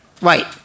Right